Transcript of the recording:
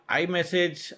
iMessage